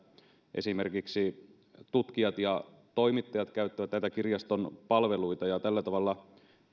esimerkiksi tutkijat ja toimittajat käyttävät näitä kirjaston palveluita ja tällä tavalla